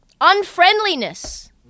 unfriendliness